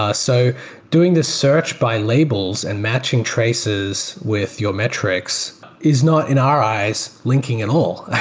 ah so doing this search by labels and matching traces with your metrics is not in our eyes linking at all.